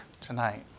tonight